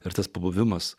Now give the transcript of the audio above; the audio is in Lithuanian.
ir tas pabuvimas